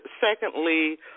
secondly